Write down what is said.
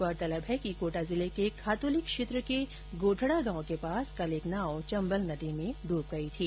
गौरतलब है कि कोटा जिले के खातौली क्षेत्र के गोठड़ा गांव के पास कल एक नाव चम्बल नदी में डूब गई थी